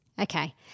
Okay